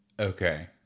Okay